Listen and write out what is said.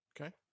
okay